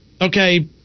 okay